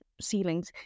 ceilings